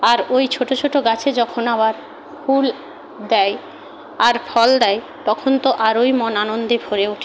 আর ওই ছোট ছোট গাছে যখন আবার ফুল দেয় আর ফল দেয় তখন তো আরোই মন আনন্দে ভরে ওঠে